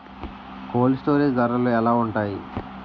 Cold storage ధరలు ఎలా ఉంటాయి?